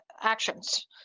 actions